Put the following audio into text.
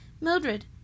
Mildred